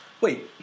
Wait